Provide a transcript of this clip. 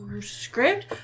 script